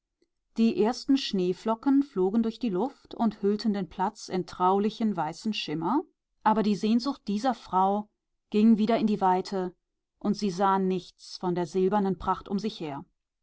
die ersten schneeflocken flogen durch die luft und hüllten den platz in traulichen weißen schimmer aber die sehnsucht dieser frau ging wieder in die weite und sie sah nichts von der